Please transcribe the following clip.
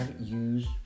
use